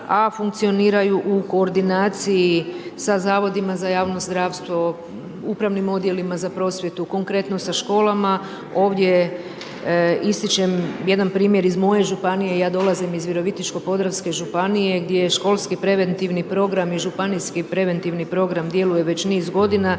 a funkcioniraju u koordinaciji sa zavodima za javno zdravstvo, upravnim odjelima za prosvjetu, konkretno sa školama, ovdje ističem jedan primjer iz moje županije, ja dolazim iz Virovitičko-podravske županije gdje je školski preventivni program i županijski preventivni program djeluje već niz godina